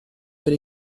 per